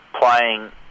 playing